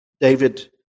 David